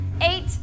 eight